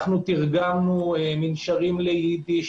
תרגמנו מנשרים לאידיש,